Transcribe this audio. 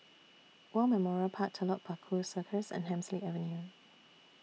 War Memorial Park Telok Paku Circus and Hemsley Avenue